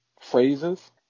phrases